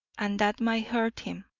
and that might hurt him.